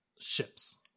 ships